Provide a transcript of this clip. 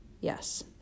Yes